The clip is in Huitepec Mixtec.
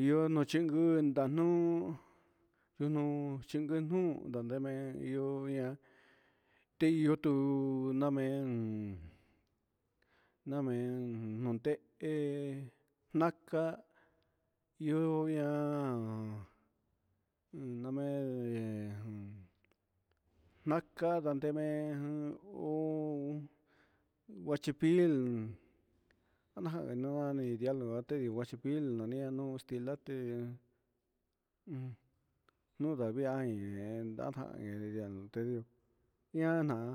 ihó no xhingo'o ndianuu ujun xhingue nuu ndadenme ihó, teihó tuu namen namen ndondé'e naka ihó ña'a un namén naka'a ndadenme hó nguechipil, najan nidialo teihó nguachipil no nian nuu kilate un nondavia ahí iajan indian tu'u ñana'a.